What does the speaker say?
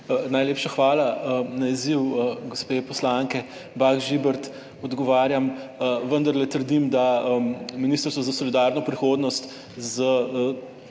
Najlepša hvala. Na izziv gospe poslanke Bah Žibert odgovarjam, vendarle trdim, da Ministrstvo za solidarno prihodnost s